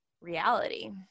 reality